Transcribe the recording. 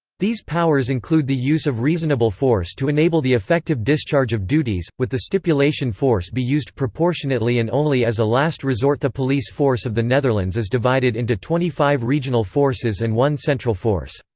these powers include the use of reasonable force to enable the effective discharge of duties, with the stipulation force be used proportionately and only as a last resortthe police force of the netherlands is divided into twenty five regional forces and one central force.